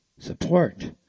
Support